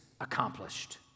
accomplished